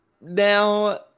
now